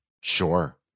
Sure